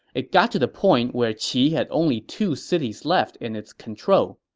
it got to the point where qi had only two cities left in its control.